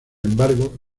embargo